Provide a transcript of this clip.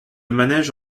manège